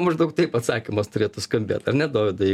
maždaug taip atsakymas turėtų skambėt ar ne dovydai